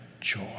joy